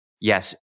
yes